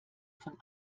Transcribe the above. von